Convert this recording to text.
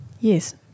Yes